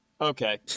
Okay